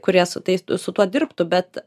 kurie su tais su tuo dirbtų bet